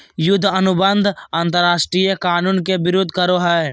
युद्ध अनुबंध अंतरराष्ट्रीय कानून के विरूद्ध करो हइ